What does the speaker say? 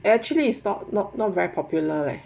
actually is not not not very popular leh